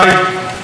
ו-2.